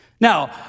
Now